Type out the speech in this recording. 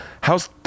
how's